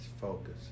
focus